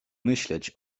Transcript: myśleć